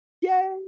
yay